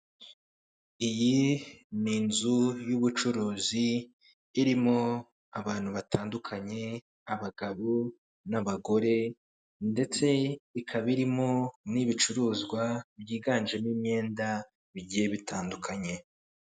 Iyi ni inzu y'ubucuruzi irimo abantu batandukanye abagabo n'abagore ndetse ikaba irimo n'ibicuruzwa byiganjemo imyenda bigiye bitandukanye.